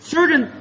certain